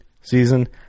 season